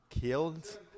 killed